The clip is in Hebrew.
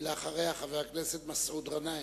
אחריה, חבר הכנסת מסעוד גנאים,